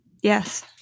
Yes